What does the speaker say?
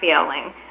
feeling